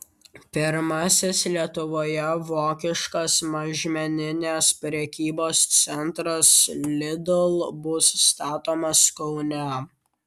pirmasis lietuvoje vokiškas mažmeninės prekybos centras lidl bus statomas kaune